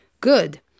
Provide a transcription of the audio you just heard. good